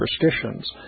superstitions